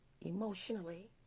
emotionally